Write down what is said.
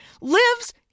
lives